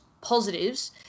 positives